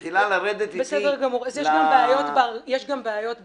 בסדר גמור, יש גם בעיות בהגנה,